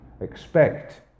expect